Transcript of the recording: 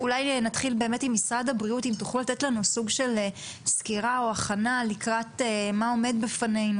אם תוכלו לתת לנו סוג של סקירה או הכנה לקראת מה עומד בפנינו